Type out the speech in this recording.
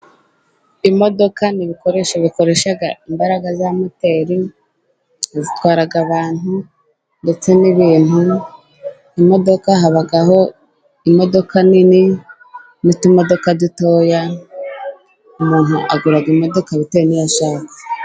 Imodoka ni ibikoresho bikoresha imbaraga za moteri, zitwara abantu ndetse n'ibintu, imodoka habaho imodoka nini n'utumodoka dutoya, umuntu agura imodoka bitewe niyo ashaka.